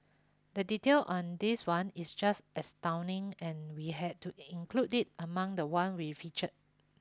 the detail on this one is just astounding and we had to include it among the one we featured